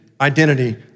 identity